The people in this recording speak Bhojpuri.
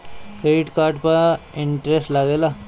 क्रेडिट कार्ड पर इंटरेस्ट लागेला?